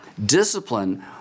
Discipline